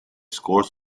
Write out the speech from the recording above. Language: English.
scores